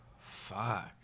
fuck